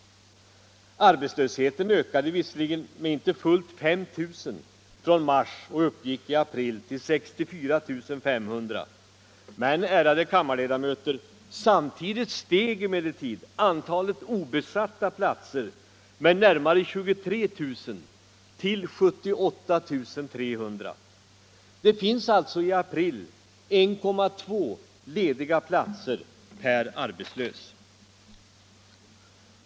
Arbetslösheten ökade visserligen med inte fullt 5 000 från mars och uppgick i april till 64 500. Samtidigt steg emellertid antalet obesatta platser med närmare 23 000 till drygt 78 300. Det fannsalltså i april 1,2 lediga platser per arbetslös.